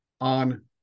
on